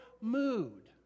mood